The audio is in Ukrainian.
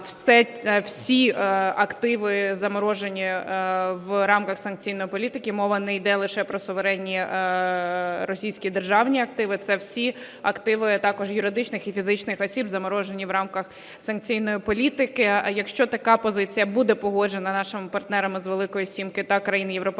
всі активи заморожені в рамках санкційної політики. Мова не йде лише про суверенні російські державні активи, це всі активи, а також юридичних і фізичних осіб, заморожені в рамках санкційної політики. Якщо така позиція буде погоджена нашими партнерами з Великої сімки та країн Європейського